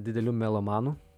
dideliu melomanu